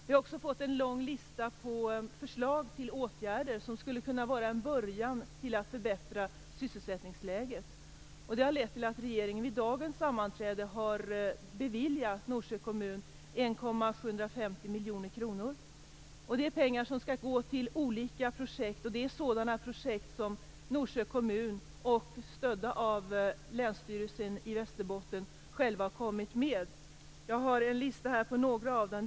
Vi har också fått en lång lista på förslag till åtgärder som skulle kunna vara en början till att förbättra sysselsättningsläget. Det har lett till att regeringen vid dagens sammanträde har beviljat Norsjö kommun 1 750 000 kr. Det är pengar som skall gå till olika projekt. Det är sådana projekt som Norsjö kommun, stödd av Länsstyrelsen i Västerbotten, själv har kommit med. Jag har en lista på några av dem.